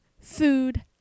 food